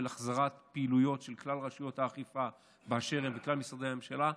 של החזרת פעילויות של כלל רשויות האכיפה באשר הן וכלל משרדי הממשלה,